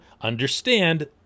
understand